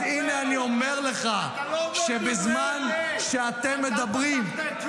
אז הינה אני אומר לך -- אתה לא אומר בזה אמת.